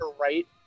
right